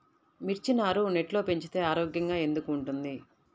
మిర్చి నారు నెట్లో పెంచితే ఆరోగ్యంగా ఎందుకు ఉంటుంది?